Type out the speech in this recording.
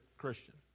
christian